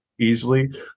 easily